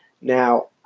Now